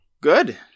good